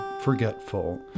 forgetful